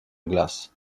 glace